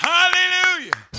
Hallelujah